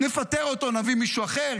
נפטר אותו, נביא מישהו אחר.